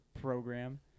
program